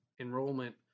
enrollment